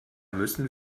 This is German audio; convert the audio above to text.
müssen